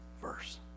verse